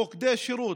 מוקדי שירות,